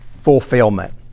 fulfillment